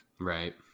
Right